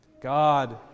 God